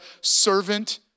servant